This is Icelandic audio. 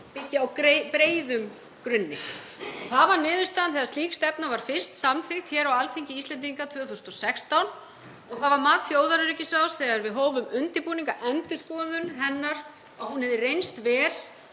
byggi á breiðum grunni. Það var niðurstaðan þegar slík stefna var fyrst samþykkt hér á Alþingi Íslendinga 2016 og það var mat þjóðaröryggisráðs þegar við hófum undirbúning að endurskoðun hennar, að hún hefði reynst vel